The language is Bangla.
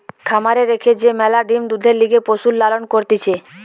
খামারে রেখে যে ম্যালা ডিম্, দুধের লিগে পশুর লালন করতিছে